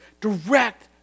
direct